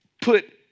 put